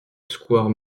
square